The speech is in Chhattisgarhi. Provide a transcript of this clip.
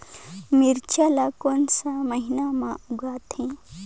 मिरचा ला कोन सा महीन मां उगथे?